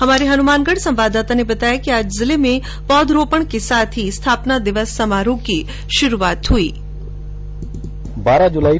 हमारे हनुमानगढ संवाददाता ने बताया कि आज जिले में पौधरोपण के साथ स्थापना दिवस समारोह की शुरूआत हुई